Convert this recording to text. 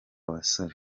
basore